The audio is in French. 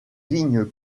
vignes